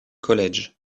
college